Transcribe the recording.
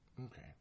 Okay